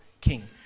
king